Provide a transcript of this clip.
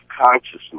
consciousness